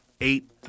eight